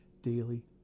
daily